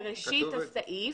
בראשית הסעיף.